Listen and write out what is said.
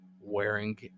wearing